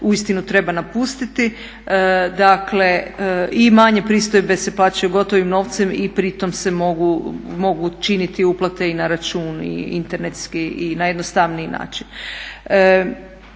uistinu treba napustiti. Dakle i manje pristojbe se plaćaju gotovim novcem i pri tome se mogu činiti uplate i na račun i internetski i najjednostavniji način.